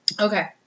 Okay